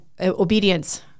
obedience